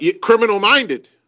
Criminal-minded